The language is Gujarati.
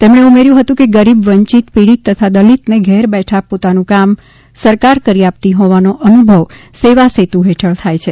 તેમણે ઊમેર્યુ હતું કે ગરીબ વંચિત પિડિત તથા દલિતને ઘરબેઠા પોતાનું કામ સરકાર કરી આપતી હોવાનો અનુભવ સેવાસેતુ હેઠળ થાય છે